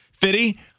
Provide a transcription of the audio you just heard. Fitty